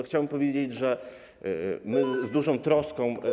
Chciałbym powiedzieć, że z duża troską.